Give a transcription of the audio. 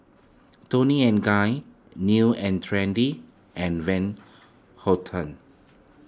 Toni and Guy New and Trendy and Van Houten